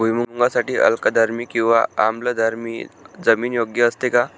भुईमूगासाठी अल्कधर्मी किंवा आम्लधर्मी जमीन योग्य असते का?